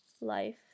life